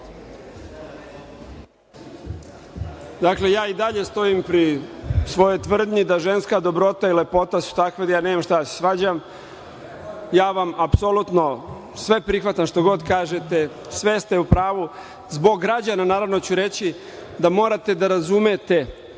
Dakle, ja i dalje stojim pri svojoj tvrdnji da ženska dobrota i lepota su takve da ja nemam šta da se svađam. Ja apsolutno sve prihvatam što kažete, sve ste u pravu. Zbog građana ću, naravno, reći da morate da razumete